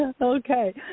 okay